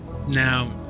Now